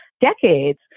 decades